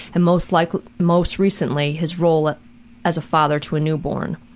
and most like most recently, his role as a father to a newborn.